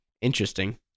Interesting